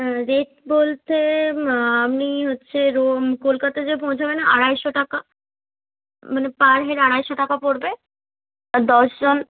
হুম rate বলতে আপনি হচ্চে রুম কলকাতা যেয়ে পৌঁছাবেন আড়াইশো টাকা মানে পার হেড আড়াইশো টাকা পড়বে আর দশ জন